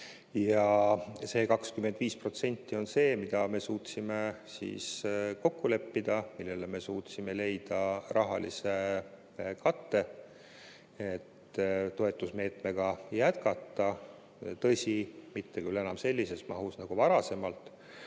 Ja see 25% on see, mida me suutsime kokku leppida, millele me suutsime leida rahalise katte, et toetusmeetmega jätkata. Tõsi, mitte küll enam sellises mahus nagu varasemalt,